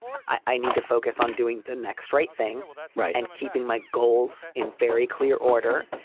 i need to focus on doing the next right thing right and keeping my goals in very clear order.